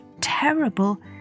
terrible